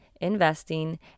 investing